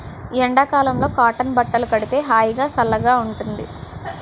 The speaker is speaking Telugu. ఎండ కాలంలో కాటన్ బట్టలు కడితే హాయిగా, సల్లగా ఉంటుంది